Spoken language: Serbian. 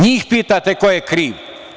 Njih pitajte ko je kriv.